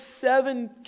seven